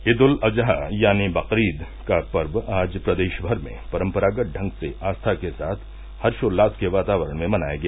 ईद उल अजहा यानी बकरीद का पर्व आज प्रदेश भर में परम्परागत ढंग से आस्था के साथ हर्षोल्लास के तावातरण में मनाया गया